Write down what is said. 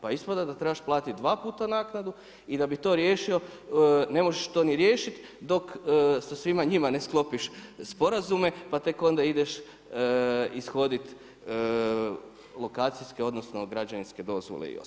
Pa ispada da trebaš platiti dva puta naknadu i da bi to riješio ne možeš to ni riješiti dok sa svim njima ne sklopiš sporazume pa tek onda ideš ishoditi lokacijske odnosno građevinske dozvole i ostalo.